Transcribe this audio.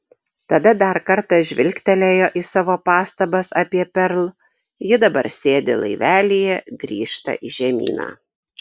tada dar kartą žvilgtelėjo į savo pastabas apie perl ji dabar sėdi laivelyje grįžta į žemyną